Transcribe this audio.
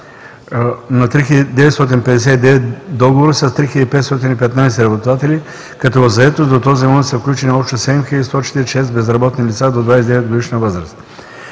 на 3959 договора с 3515 работодатели, като в заетост до този момент са включени общо 7146 безработни лица до 29 годишна възраст.